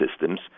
systems